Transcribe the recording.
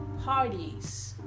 parties